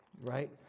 right